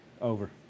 Over